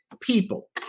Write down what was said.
people